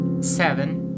seven